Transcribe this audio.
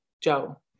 Joe